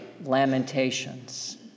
Lamentations